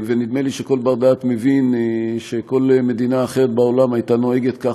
נדמה לי שכל בר-דעת מבין שכל מדינה אחרת בעולם הייתה נוהגת כך,